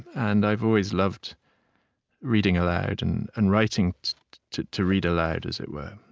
and i've always loved reading aloud and and writing to to read aloud, as it were.